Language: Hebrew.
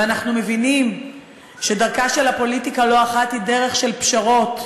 ואנחנו מבינים שדרכה של הפוליטיקה לא אחת היא דרך של פשרות,